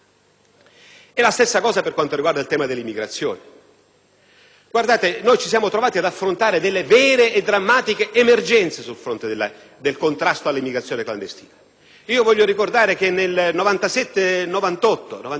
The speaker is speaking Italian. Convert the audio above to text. passato ci trovammo ad affrontare una vera, drammatica emergenza sul fronte del contrasto all'immigrazione clandestina. Voglio ricordare che nel 1996-1997, quando il Ministro dell'interno si chiamava Giorgio Napolitano,